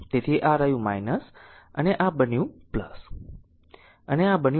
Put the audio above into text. તેથી આ રહ્યું અને આ બન્યું અને આ બન્યું